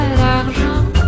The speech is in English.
l'argent